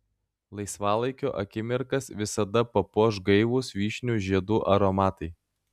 laisvalaikio akimirkas visada papuoš gaivūs vyšnių žiedų aromatai